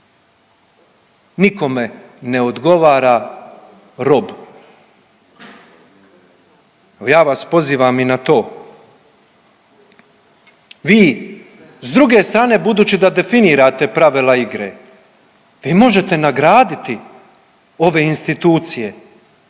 Nikome ne odgovara rob. Ja vas pozivam i na to, vi s druge strane budući da definirate pravila igre, vi možete nagraditi ove institucije,